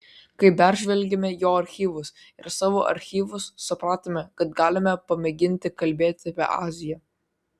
kai peržvelgėme jo archyvus ir savo archyvus supratome kad galime pamėginti kalbėti apie aziją